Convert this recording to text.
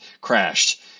crashed